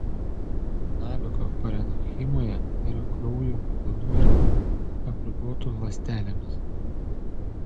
naviko parenchimoje yra kraujo pilnų ertmių apribotų ląstelėmis